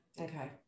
Okay